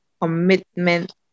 commitment